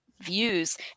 views